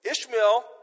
Ishmael